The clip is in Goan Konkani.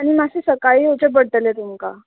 आनी मातशें सकाळीं येवचें पडटलें तुमकां